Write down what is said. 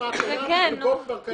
כן, נו.